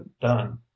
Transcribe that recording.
done